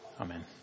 amen